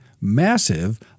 massive